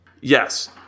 yes